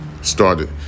started